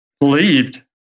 believed